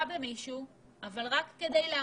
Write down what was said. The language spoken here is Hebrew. במישהו אלא רק כדי להמחיש,